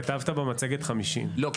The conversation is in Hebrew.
כתבת במצגת 50. לא,